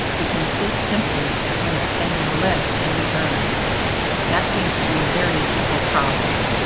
it consists simply in expending less than we earn that seems to be a very simple problem.